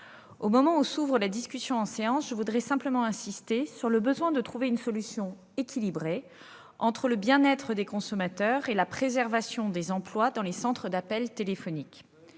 Au moment où s'ouvre la discussion en séance, je voudrais simplement insister sur le besoin de trouver une solution équilibrée entre le bien-être des consommateurs et la préservation des emplois dans les centres d'appels téléphoniques.